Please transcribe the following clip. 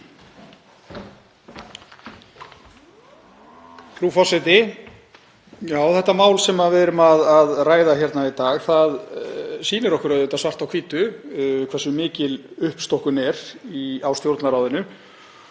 Frú forseti. Það mál sem við erum að ræða hér í dag sýnir okkur auðvitað svart á hvítu hversu mikil uppstokkun er í Stjórnarráðinu